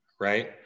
right